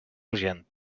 urgent